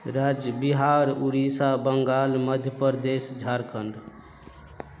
राज्य बिहार उड़ीसा बंगाल मध्य प्रदेश झारखंड